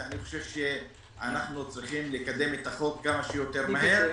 ואני חושב שאנו צריכים לקדם את החוק כמה שיותר מהר.